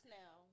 now